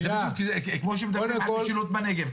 זה כמו שמדברים על משילות בנגב,